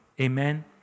Amen